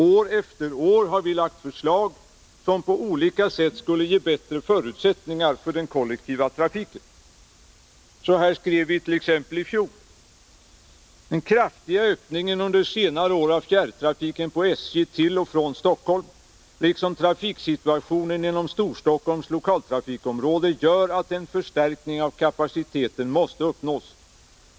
År efter år har vi lagt fram förslag som på olika sätt skulle ge bättre förutsättningar för den kollektiva trafiken. Så här skrev vi t.ex. i fjol: ”Den kraftiga ökningen under senare år av fjärrtrafiken på SJ till och från Stockholm liksom trafiksituationen inom Storstockholms lokaltrafikområde gör att en förstärkning av kapaciteten måste uppnås.